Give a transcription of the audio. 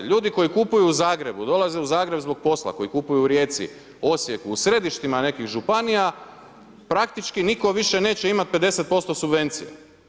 Ljudi koji kupuju u Zagrebu dolaze u Zagreb zbog posla, koji kupuju u Rijeci, Osijeku, u središtima nekih županija, praktički nitko više neće imati 50% subvencija.